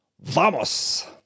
Vamos